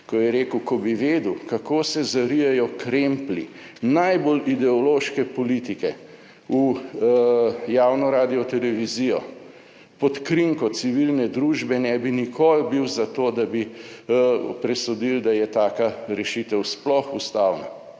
ko je rekel: Ko bi vedel kako se zarijejo kremplji najbolj ideološke politike v javno radiotelevizijo pod krinko civilne družbe, ne bi nikoli bil za to, da bi presodili, da je taka rešitev sploh ustavna.